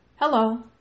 Hello